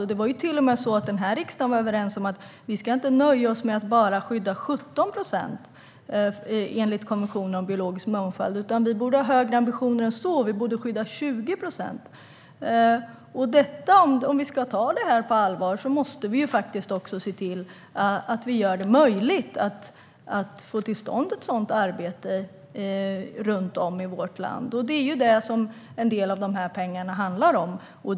Riksdagen var till och med överens om att vi inte ska nöja oss med att bara skydda 17 procent enligt konventionen om biologisk mångfald utan att vi borde ha högre ambitioner än så och skydda 20 procent. Om vi ska ta det här på allvar måste vi göra det möjligt att få ett sådant arbete till stånd runt om i vårt land. Det är det som en del av de här pengarna handlar om.